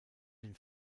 den